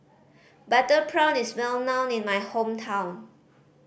butter prawn is well known in my hometown